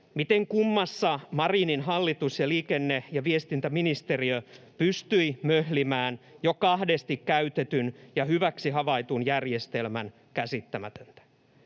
Miten kummassa Marinin hallitus ja liikenne- ja viestintäministeriö pystyivät möhlimään jo kahdesti käytetyn ja hyväksi havaitun järjestelmän? Käsittämätöntä.